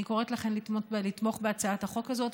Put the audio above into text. אני קוראת לכם לתמוך בהצעת החוק הזאת,